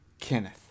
Kenneth